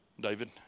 David